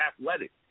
athletic